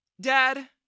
Dad